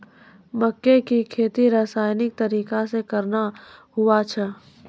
मक्के की खेती रसायनिक तरीका से कहना हुआ छ?